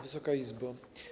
Wysoka Izbo!